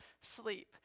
sleep